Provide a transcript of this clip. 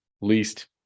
least